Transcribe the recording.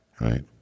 Right